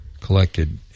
collected